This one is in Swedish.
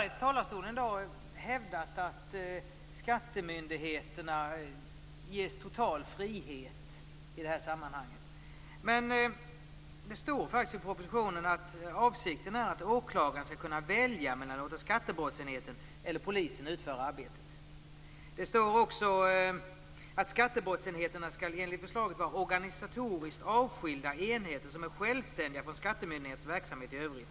I talarstolen i dag har det hävdats att skattemyndigheterna ges total frihet i det här sammanhanget. Men i propositionen står det faktiskt att avsikten är att åklagaren skall kunna välja mellan att låta skattebrottsenheten eller polisen utföra arbetet. Det står också att skattebrottsenheterna enligt förslaget skall vara organisatoriskt avskilda enheter som är självständiga från skattemyndigheternas verksamhet i övrigt.